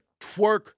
twerk